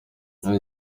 muri